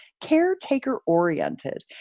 caretaker-oriented